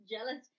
Jealous